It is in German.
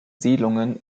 siedlungen